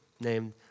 named